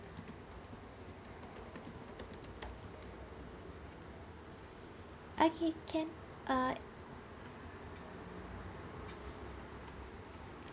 okay can uh